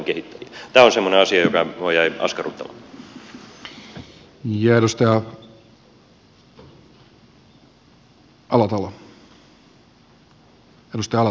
tämä on semmoinen asia joka minua jäi askarruttamaan